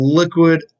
liquid